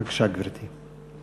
בבקשה, גברתי.